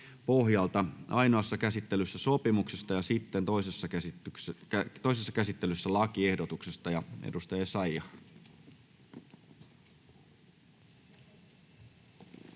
ainoassa käsittelyssä sopimuksesta ja sitten toisessa käsittelyssä lakiehdotuksesta. — Edustaja Essayah.